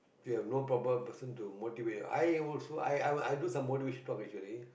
you have no problem person to motivate I also I I i do some motivational talk actually